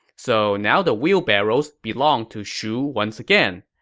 so now the wheelbarrows belonged to shu once again.